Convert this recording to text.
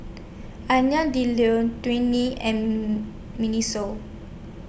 Alain Delon Twinings and Miniso